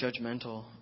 judgmental